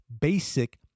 basic